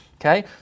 okay